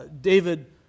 David